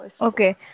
Okay